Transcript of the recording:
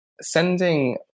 sending